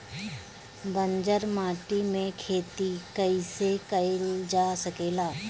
बंजर माटी में खेती कईसे कईल जा सकेला?